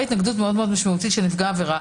התנגדות מאוד משמעותית של נפגע העבירה,